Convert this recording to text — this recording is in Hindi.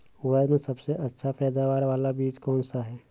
उड़द में सबसे अच्छा पैदावार वाला बीज कौन सा है?